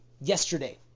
yesterday